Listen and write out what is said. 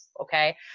okay